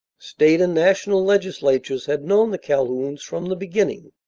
state and national legislatures had known the calhouns from the beginning.